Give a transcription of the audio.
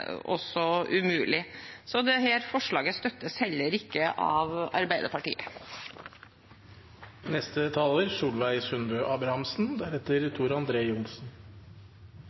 også umulig. Så dette forslaget støttes heller ikke av